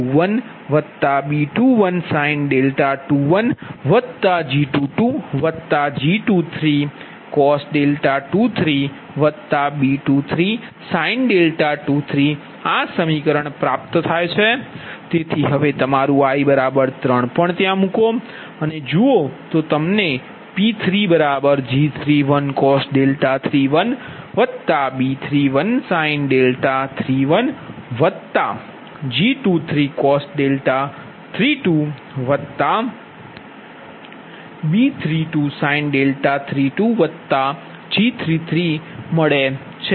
તેથી P2G21cos 21 B21 sin 21G22G23 cos 23B23 sin 23આ સમીકરણ છે તેથી હવે તમારું i 3 ત્યા મૂકો છો તમને P3G31cos 31B31 sin 31G32cos 32B32 sin 32G33મળે છે